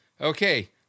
okay